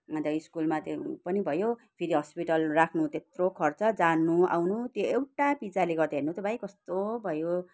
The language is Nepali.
म त स्कुलमा त्यो पनि भयो फेरि हस्पिटल राख्नु त्यत्रो खर्च जानु आउनु त्यो एउटा पिज्जाले गर्दा हेर्नु त भाइ कस्तो भयो